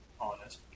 honest